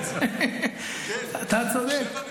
7.2% אני אסביר.